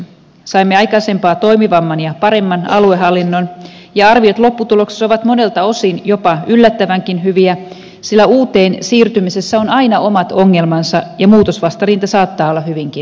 saimme aikaisempaa toimivamman ja paremman aluehallinnon ja arviot lopputuloksesta ovat monelta osin jopa yllättävänkin hyviä sillä uuteen siirtymisessä on aina omat ongelmansa ja muutosvastarinta saattaa olla hyvinkin laajaa